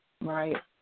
right